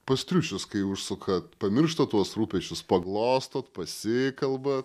pats triušis kai užsukat pamirštat tuos rūpesčius paglostot pasikalbat